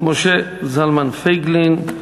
משה זלמן פייגלין,